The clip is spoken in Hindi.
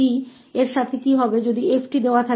तोक्या होगा ft यदि 𝑓𝑡 दिया गया हो